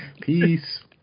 Peace